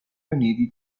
uniti